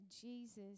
Jesus